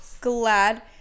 glad